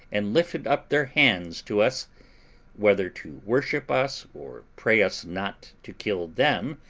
and lifted up their hands to us whether to worship us, or pray us not to kill them,